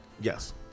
Yes